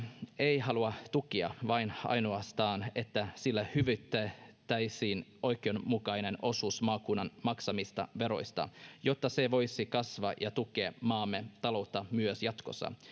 ei halua tukia vaan ainoastaan sitä että sille hyvitettäisiin oikeudenmukainen osuus maakunnan maksamista veroista jotta se voisi kasvaa ja tukea maamme taloutta myös jatkossa